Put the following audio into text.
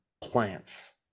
plants